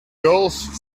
golf